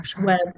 Web